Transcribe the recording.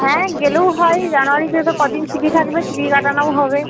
হ্যাঁ গেলেও হয় জানোয়ারিতে তো কদিন ছুটি থাকবে ছুটি কাটানোও হবে